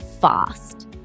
fast